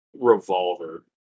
Revolver